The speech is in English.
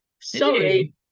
sorry